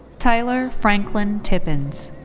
tyler franklin tippens.